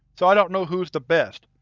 so i don't know who's the best.